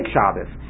Shabbos